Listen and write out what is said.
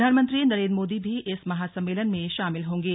प्रधानमंत्री नरेन्द्र मोदी भी इस महासम्मेलन में शामिल होंगे